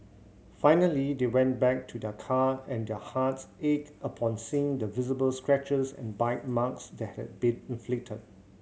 finally they went back to their car and their hearts ached upon seeing the visible scratches and bite marks that had been inflicted